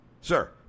Sir